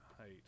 Height